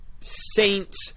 Saints